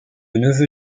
neveu